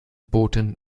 booten